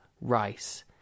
rice